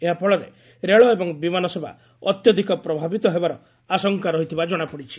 ଏହାଫଳରେ ରେଳ ଏବଂ ବିମାନ ସେବା ଅତ୍ୟଧିକ ପ୍ରଭାବିତ ହେବାର ଆଶଙ୍କା ରହିଥିବା ଜଣାପଡ଼ିଚ୍ଛି